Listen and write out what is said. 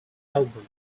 album